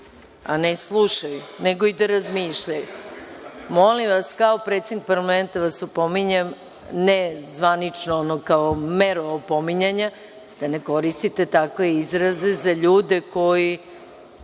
a ne da slušaju, nego i da razmišljaju. Kao predsednik parlamenta vas opominjem, ne zvanično kao meru opominjanja, da ne koristite takve izraze za ljude koji…(Zoran